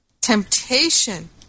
temptation